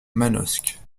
manosque